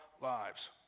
lives